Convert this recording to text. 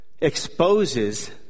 exposes